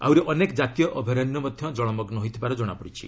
ଆହୁରି ଅନେକ ଜାତୀୟ ଅଭୟାରଣ୍ୟ ମଧ୍ୟ ଜଳମଗୁ ହୋଇଥିବାର ଜଣାପଡ଼ିଛି